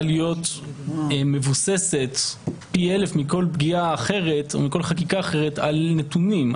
להיות מבוססת פי אלף מכל חקיקה אחרת על נתונים,